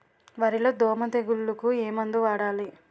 వరిలో దోమ తెగులుకు ఏమందు వాడాలి?